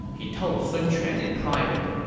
he told sun quan in private,